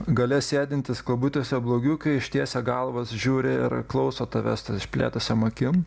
gale sėdintys kabutėse blogiukai ištiesę galvas žiūri ir klauso tavęs tas išplėtusiom akim